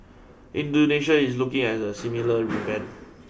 Indonesia is looking at a similar revamp